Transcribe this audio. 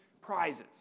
prizes